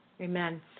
Amen